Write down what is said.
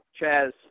Chaz